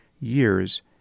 years